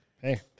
hey